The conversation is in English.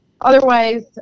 Otherwise